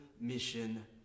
mission